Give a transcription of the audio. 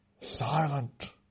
silent